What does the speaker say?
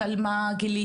על מה גיליתם,